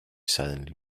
suddenly